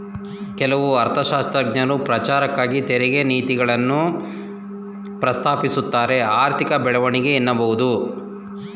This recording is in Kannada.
ಕೆಲವು ಅರ್ಥಶಾಸ್ತ್ರಜ್ಞರು ಪ್ರಚಾರಕ್ಕಾಗಿ ತೆರಿಗೆ ನೀತಿಗಳನ್ನ ಪ್ರಸ್ತಾಪಿಸುತ್ತಾರೆಆರ್ಥಿಕ ಬೆಳವಣಿಗೆ ಎನ್ನಬಹುದು